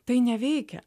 tai neveikia